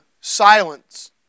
silence